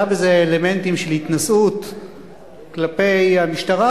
היה בזה אלמנטים של התנשאות כלפי המשטרה,